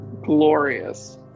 Glorious